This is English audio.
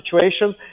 situation